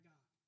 God